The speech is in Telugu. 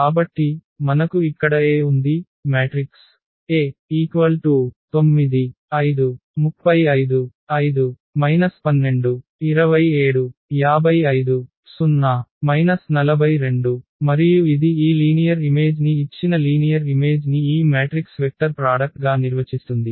కాబట్టి మనకు ఇక్కడ A ఉంది మ్యాట్రిక్స్A9 5 35 5 12 27 55 0 42 మరియు ఇది ఈ లీనియర్ ఇమేజ్ ని ఇచ్చిన లీనియర్ ఇమేజ్ ని ఈ మ్యాట్రిక్స్ వెక్టర్ ప్రాడక్ట్ గా నిర్వచిస్తుంది